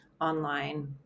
online